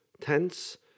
tense